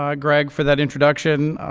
um greg, for that introduction.